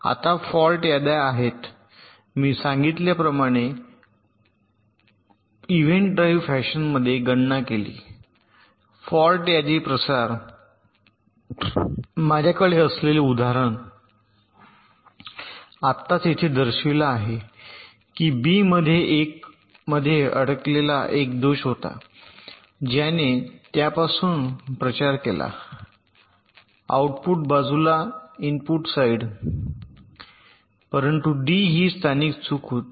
आता फॉल्ट याद्या आहेत मी सांगितल्याप्रमाणे इव्हेंट ड्राइव्ह फॅशनमध्ये गणना केली फॉल्ट यादी प्रसार माझ्याकडे असलेले उदाहरण आत्ताच येथे दर्शविला आहे की बी मध्ये 1 मध्ये अडकलेला एक दोष होता ज्याने त्यापासून प्रचार केला आउटपुट बाजूला इनपुट साइड परंतु डी ही स्थानिक चूक होती